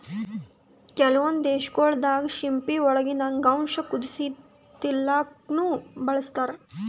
ಕೆಲವೊಂದ್ ದೇಶಗೊಳ್ ದಾಗಾ ಸಿಂಪಿ ಒಳಗಿಂದ್ ಅಂಗಾಂಶ ಕುದಸಿ ತಿಲ್ಲಾಕ್ನು ಬಳಸ್ತಾರ್